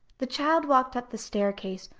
the child walked up the staircase,